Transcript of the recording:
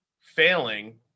failing